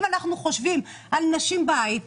אם אנחנו חושבים על נשים בהייטק,